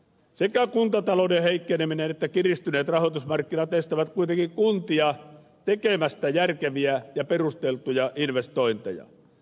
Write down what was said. sekä kuntatalouden heikkeneminen että kiristyneet rahoitusmarkkinat estävät kuitenkin kuntia tekemästä järkeviä ja perusteltuja investointeja